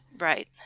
Right